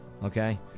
Okay